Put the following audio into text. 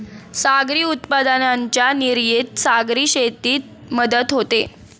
सागरी उत्पादनांच्या निर्यातीत सागरी शेतीची मदत होते